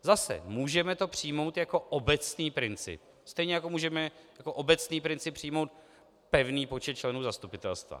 Zase můžeme to přijmout jako obecný princip, stejně jako můžeme jako obecný princip přijmout pevný počet členů zastupitelstva.